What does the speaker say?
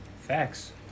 Facts